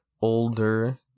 older